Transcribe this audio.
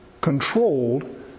controlled